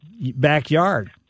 backyard